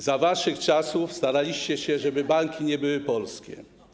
Za waszych czasów staraliście się, żeby banki nie były polskie.